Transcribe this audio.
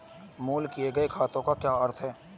Pool किए गए खातों का क्या अर्थ है?